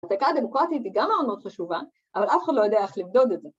‫התקה הדמוקרטית היא גם מאוד מאוד חשובה, ‫אבל אף אחד לא יודע איך למדוד את זה.